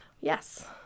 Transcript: yes